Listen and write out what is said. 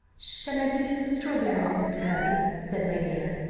shall i give you some strawberries, mr. hervey, said lady anne,